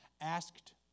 asked